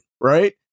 Right